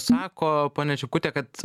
sako ponia čipkutė kad